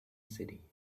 city